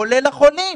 כולל החולים,